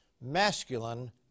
masculine